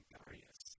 Darius